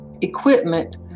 equipment